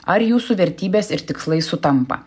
ar jūsų vertybės ir tikslai sutampa